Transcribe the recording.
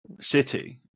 City